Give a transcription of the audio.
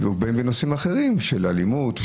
נושאים אחרים של אלימות,